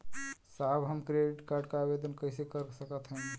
साहब हम credit card क आवेदन कइसे कर सकत हई?